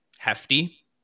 hefty